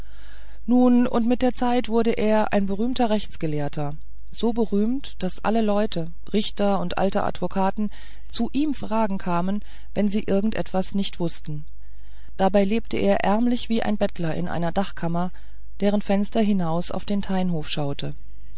nun und mit der zeit wurde er ein berühmter rechtsgelehrter so berühmt daß alle leute richter und alte advokaten zu ihm fragen kamen wenn sie irgend etwas nicht wußten dabei lebte er ärmlich wie ein bettler in einer dachkammer deren fenster hinaus auf den teinhof schaute